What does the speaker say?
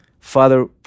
Father